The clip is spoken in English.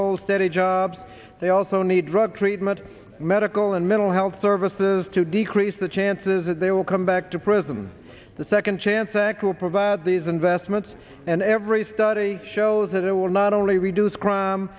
hold steady jobs they also need drug treatment medical and mental health services to decrease the chances that they will come back to prison the second chance act will provide these investments and every study shows that it will not only reduce crime